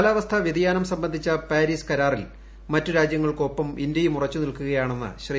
കാലാവസ്ഥാ വൃതിയാനം സംബന്ധിച്ച പാരീസ് കരാറിൽ മറ്റ് രാജ്യങ്ങൾക്കൊപ്പം ഇന്ത്യയും ഉറച്ചു നിൽക്കുകയാണെന്ന് ശ്രീ